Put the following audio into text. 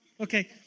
Okay